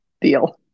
deal